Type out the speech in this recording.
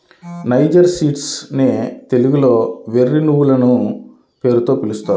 niger seeds నే తెలుగులో వెర్రి నువ్వులనే పేరుతో పిలుస్తారు